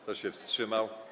Kto się wstrzymał?